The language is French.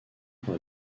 par